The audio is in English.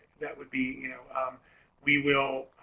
that would be you know we will